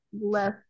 less